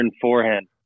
forehand